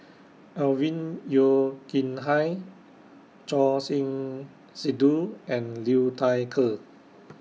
Alvin Yeo Khirn Hai Choor Singh Sidhu and Liu Thai Ker